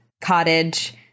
cottage